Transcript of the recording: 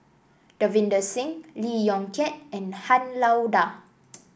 Davinder Singh Lee Yong Kiat and Han Lao Da